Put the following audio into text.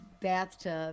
bathtub